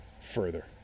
further